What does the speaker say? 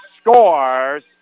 scores